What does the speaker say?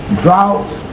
droughts